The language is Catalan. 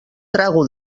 trago